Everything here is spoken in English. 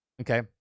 okay